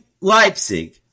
Leipzig